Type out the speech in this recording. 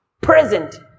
present